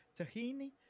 tahini